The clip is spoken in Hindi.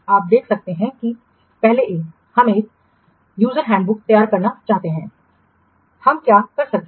आप देख सकते हैं कि पहले एक हम एक उपयोगकर्ता पुस्तिका तैयार करना चाहते हैं हम क्या कर सकते हैं